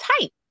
tight